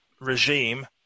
regime